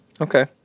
Okay